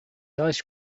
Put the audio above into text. ice